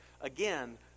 Again